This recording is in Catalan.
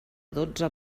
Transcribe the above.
dotze